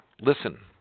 Listen